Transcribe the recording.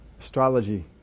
Astrology